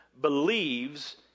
believes